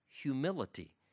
humility